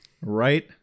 Right